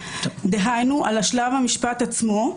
דהיינו על שלב המשפט עצמו,